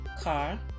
car